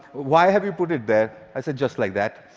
why have you put it there? i said, just like that.